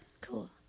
Cool